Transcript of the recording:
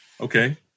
Okay